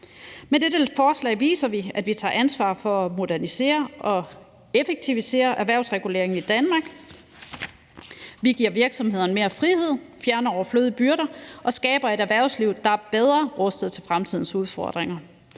Med dette forslag viser vi, at vi tager ansvar for at modernisere og effektivisere erhvervsreguleringen i Danmark. Vi giver virksomhederne mere frihed, fjerner overflødige byrder og skaber et erhvervsliv, der er bedre rustet til fremtidens udfordringer.